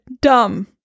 Dumb